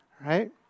right